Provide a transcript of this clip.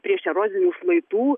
priešerozinių šlaitų